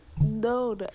No